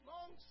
Long